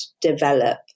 develop